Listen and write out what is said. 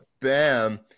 BAM